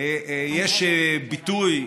יש ביטוי,